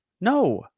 No